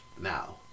Now